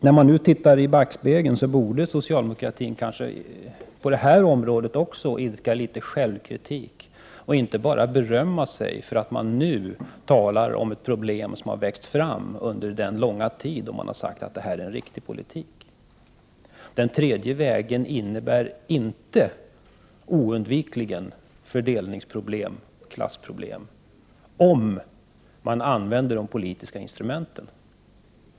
När man nu tittar i backspegeln så borde socialdemokratin kanske också på detta område idka litet självkritik och inte bara berömma sig för att man nu talar om ett problem, som har växt fram under den långa tid då man har sagt att det här är en riktig politik. Den tredje vägen innebär inte oundvikligen fördelningsproblem och klassproblem, om man använder de politiska instrumenten.